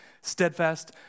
steadfast